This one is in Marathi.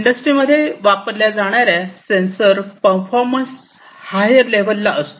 इंडस्ट्रीमध्ये वापरल्या जाणाऱ्या सेंसर परफॉर्मन्स हायर लेव्हल ला असतो